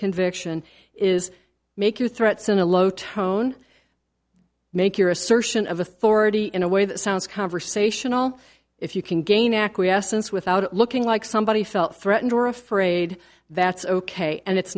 conviction is make your threats in a low tone make your assertion of authority in a way that sounds conversational if you can gain acquiescence without looking like somebody felt threatened or afraid that's ok and it's